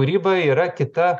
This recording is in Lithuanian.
kūryba yra kita